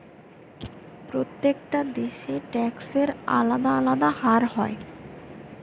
প্রত্যেকটা দেশে ট্যাক্সের আলদা আলদা হার হয়